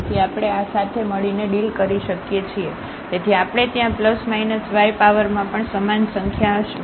તેથી આપણે આ સાથે મળીને ડીલ કરી શકીએ છીએ તેથી આપણે ત્યાં y પાવરમાં પણ સમાન સંખ્યા હશે